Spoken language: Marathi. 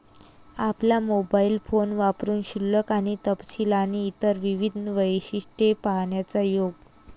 आपला मोबाइल फोन वापरुन शिल्लक आणि तपशील आणि इतर विविध वैशिष्ट्ये पाहण्याचा योग